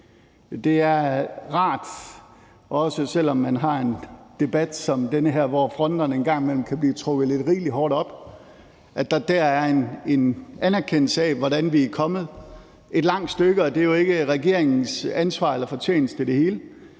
Det er rart, også selv om man har en debat som den her, hvor fronterne en gang imellem kan blive trukket lidt rigelig hårdt op, at der så er en anerkendelse af, at vi er kommet et langt stykke. Og det hele er jo ikke regeringens ansvar eller fortjeneste, men det